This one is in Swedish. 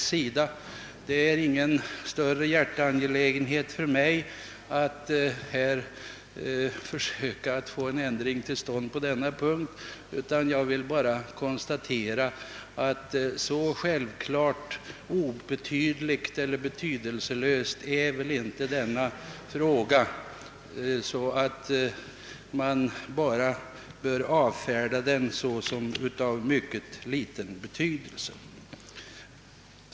Det är ingen hjärteangelägenhet för mig att försöka få en ändring till stånd i detta avseende. Jag konstaterar bara att saken inte är så självklar att den bör avfärdas som varande av mycken liten betydelse.